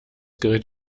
gerät